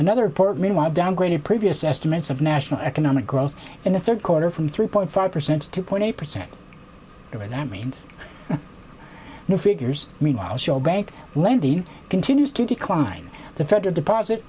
another portman while downgraded previous estimates of national economic growth in the third quarter from three point five percent to two point eight percent during that means new figures meanwhile show bank lending continues to decline the federal deposit